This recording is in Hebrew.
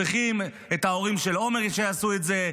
צריכים את ההורים של עומר שיעשו את זה,